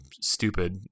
stupid